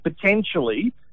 potentially